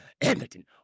Edmonton